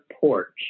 porch